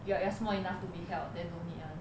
you are you are small enough to be held then don't need [one]